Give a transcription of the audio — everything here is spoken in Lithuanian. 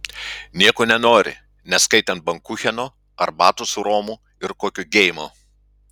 nieko nenori neskaitant bankucheno arbatos su romu ir kokio geimo